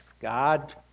God